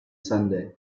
sunday